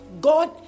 God